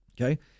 Okay